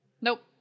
Nope